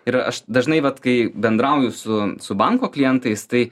ir aš dažnai vat kai bendrauju su su banko klientais tai